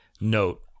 note